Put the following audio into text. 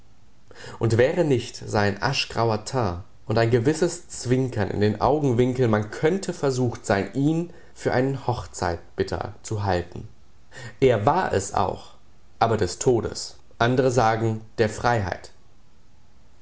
und wäre nicht sein aschgrauer teint und ein gewisses zwinkern in den augenwinkeln man könnte versucht sein ihn für einen hochzeitbitter zu halten er war es auch aber des todes andre sagen der freiheit